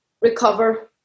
recover